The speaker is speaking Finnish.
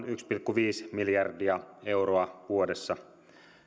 yksi pilkku viisi miljardia euroa vuodessa